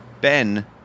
Ben